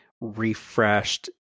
refreshed